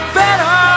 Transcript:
better